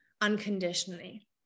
unconditionally